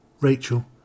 Rachel